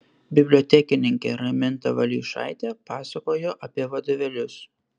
bibliotekininkė raminta valeišaitė pasakojo apie vadovėlius